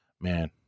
man